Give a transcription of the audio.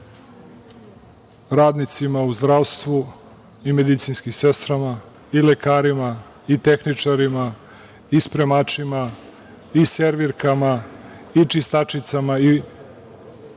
radnicima u zdravstvu i medicinskim sestrama i lekarima i tehničarima i spremačima i servirkama i čistačicama i